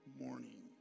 morning